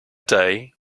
day